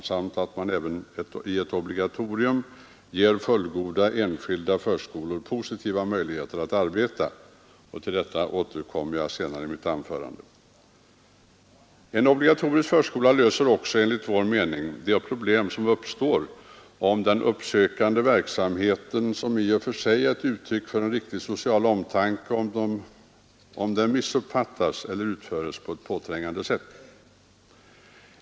Dessutom måste man även i ett obligatorium ge fullgoda enskilda förskolor positiva möjligheter att arbeta — till detta återkommer jag senare i mitt anförande. En obligatorisk förskola löser också, enligt vår mening, de problem som kan uppstå om den uppsökande verksamheten — som i och för sig är ett uttryck för en riktig social omtanke — missuppfattas eller utföres på ett påträngande sätt.